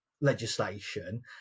legislation